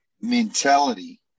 mentality